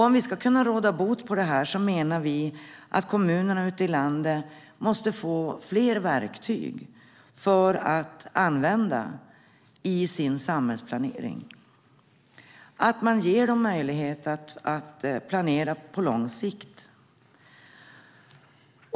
Om vi ska kunna råda bot på det här menar vi att kommunerna ute i landet måste få fler verktyg att använda i sin samhällsplanering. Man måste ge dem möjlighet att planera på lång sikt.